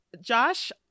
josh